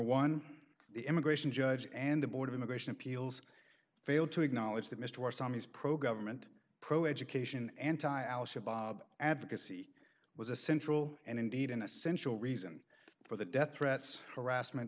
one the immigration judge and the board of immigration appeals fail to acknowledge that mr r some is pro government pro education anti al shabaab advocacy was a central and indeed an essential reason for the death threats harassment